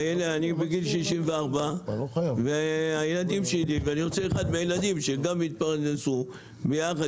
הנה אני בגיל 64 והילדים שלי ואני רוצה שהילדים גם יתפרנסו ביחד,